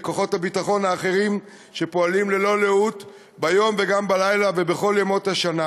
בכוחות הביטחון האחרים שפועלים ללא לאות ביום וגם בלילה ובכל ימות השנה,